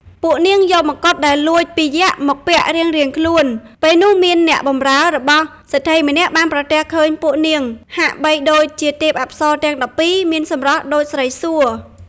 ពួកនាងយកម្កុដដែលលួចពីយក្ខមកពាក់រៀងៗខ្លួន ពេលនោះមានអ្នកបម្រើរបស់សេដ្ឋីម្នាក់បានប្រទះឃើញពួកនាងហាក់បីដូចជាទេពអប្សរទាំង១២ មានសម្រស់ដូចស្រីសួគ៌។